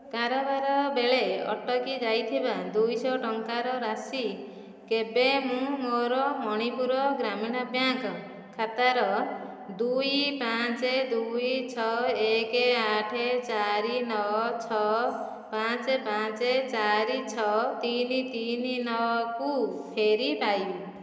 କାରବାର ବେଳେ ଅଟକି ଯାଇଥିବା ଦୁଇଶହ ଟଙ୍କାର ରାଶି କେବେ ମୁଁ ମୋର ମଣିପୁର ଗ୍ରାମୀଣ ବ୍ୟାଙ୍କ୍ ଖାତାର ଦୁଇ ପାଞ୍ଚ ଦୁଇ ଛଅ ଏକ ଆଠ ଚାରି ନଅ ଛଅ ପାଞ୍ଚ ପାଞ୍ଚ ଚାରି ଛଅ ତିନି ତିନି ନଅକୁ ଫେରି ପାଇବି